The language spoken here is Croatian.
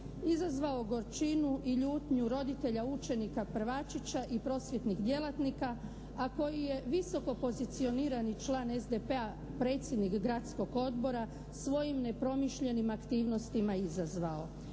izazvao gorčinu i ljutnju roditelja, učenika prvačića i prosvjetnih djelatnika, a koji je visoko pozicionirani član SDP-a predsjednik Gradskog odbora svojim nepromišljenim aktivnostima izazvao.